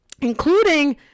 including